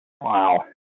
Wow